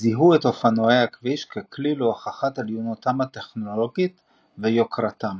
זיהו את אופנוע הכביש ככלי להוכחת עליונותם הטכנולוגית ויוקרתם.